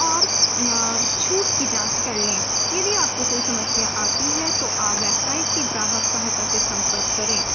اور چھوٹ کی جانچ کر لیں یدی آپ کو کوئی سمسیا آتی ہے تو آپ ویبسائٹ کے گراہک سہایتا سے سمپرک کریں